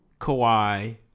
Kawhi